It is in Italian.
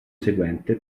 seguente